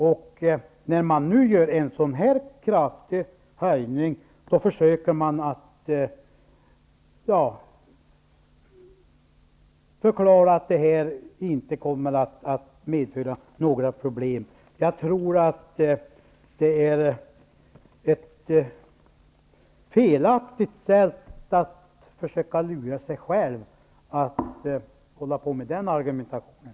Nu gör man en kraftig höjning och försöker förklara att detta inte kommer att medföra några problem. Det är ett felaktigt sätt att försöka lura sig själv, att hålla på med den argumentationen.